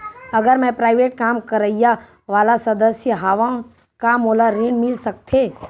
अगर मैं प्राइवेट काम करइया वाला सदस्य हावव का मोला ऋण मिल सकथे?